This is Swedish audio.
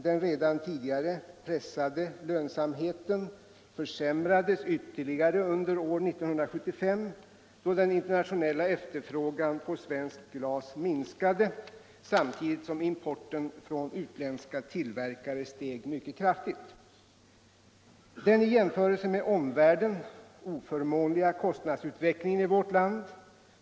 Den redan tidigare pressade lönsamheten försämrades ytterligare under år 1975. då den internationella efterfrågan på svenskt glas minskade samtidigt som importen från utländska tillverkare steg mycket kraftigt. Den i jämförelse med omvärlden oförmånliga kostnadsutvecklingen 1 vårt land.